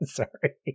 sorry